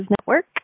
Network